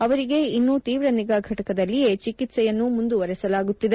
ಅವರಿಗೆ ಇನ್ನೂ ತೀವ್ರ ನಿಗಾ ಫಟಕದಲ್ಲಿಯೇ ಚಿಕಿತ್ಸೆಯನ್ನು ಮುಂದುವರೆಸಲಾಗುತ್ತಿದೆ